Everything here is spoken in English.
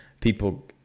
people